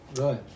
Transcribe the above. right